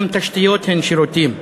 גם תשתיות הן שירותים,